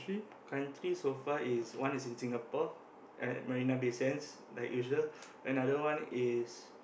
country so far is one is in Singapore at Marina-Bay-Sands like usual another one is